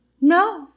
No